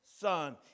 son